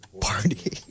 Party